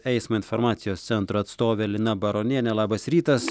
eismo informacijos centro atstovė lina baronienė labas rytas